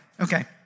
Okay